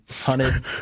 hunted